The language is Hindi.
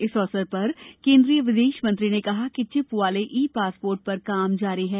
इस अवसर पर केन्द्रीय विदेश मंत्री ने कहा है कि चिप वाले ई पासपोर्ट पर काम जारी है